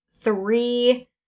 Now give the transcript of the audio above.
three